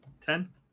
Ten